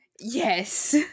Yes